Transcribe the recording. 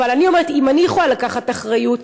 אבל אני אומרת: אם אני יכולה לקחת אחריות,